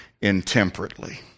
intemperately